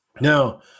Now